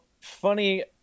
funny